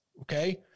okay